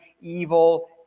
evil